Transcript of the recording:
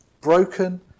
broken